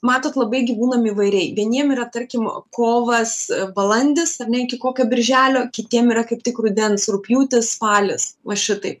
matot labai gyvūnam įvairiai vieniem yra tarkim kovas balandis ar ne iki kokio birželio kitiem yra kaip tik rudens rugpjūtis spalis va šitai